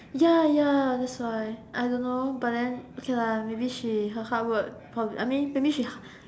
ya ya that's why I don't know but then okay lah maybe she her handwork cause I mean maybe she